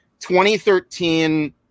2013